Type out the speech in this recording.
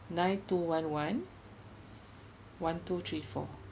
nine two one one one two three four